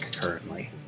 currently